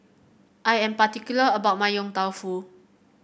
I am particular about my Yong Tau Foo